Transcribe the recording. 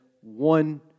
one